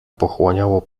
pochłaniało